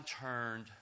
turned